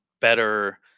better